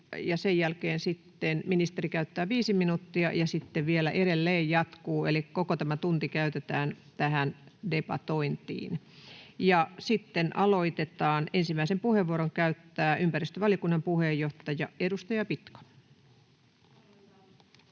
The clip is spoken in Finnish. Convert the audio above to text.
sen jälkeen sitten ministeri käyttää viisi minuuttia, ja sitten vielä edelleen jatkuu. Eli koko tämä tunti käytetään tähän debatointiin. Ja sitten aloitetaan. — Ensimmäisen puheenvuoron käyttää ympäristövaliokunnan puheenjohtaja, edustaja Pitko. [Speech